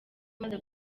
maze